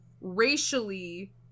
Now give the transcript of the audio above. racially